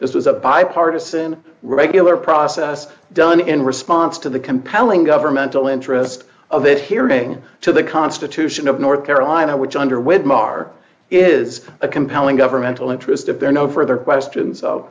this was a bipartisan regular process done in response to the compelling governmental interest of it hearing to the constitution of north carolina which under with mar is a compelling governmental interest of there are no further questions